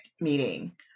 meeting